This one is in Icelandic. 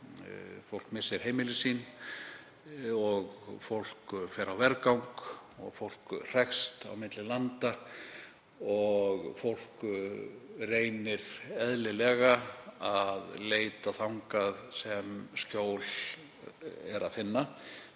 fólk missir heimili sín og fólk fer á vergang og fólk hrekst á milli landa og fólk reynir eðlilega að leita þangað sem skjól er að finna.